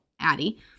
Addie